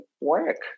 work